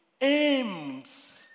aims